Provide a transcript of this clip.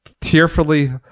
tearfully